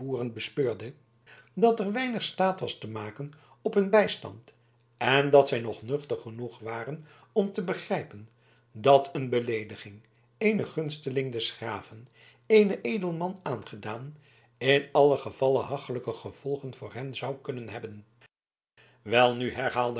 besmeurde dat er weinig staat was te maken op hun bijstand en dat zij nog nuchter genoeg waren om te begrijpen dat een beleediging eenen gunsteling des graven eenen edelman aangedaan in allen gevalle hachelijke gevolgen voor hen zou kunnen hebben welnu herhaalde